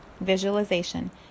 visualization